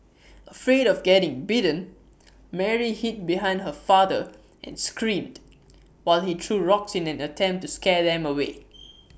afraid of getting bitten Mary hid behind her father and screamed while he threw rocks in an attempt to scare them away